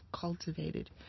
cultivated